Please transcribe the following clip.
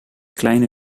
kleine